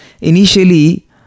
initially